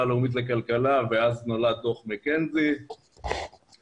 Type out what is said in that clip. הלאומית לכלכלה ואז נולד דוח מקינזי שעזר.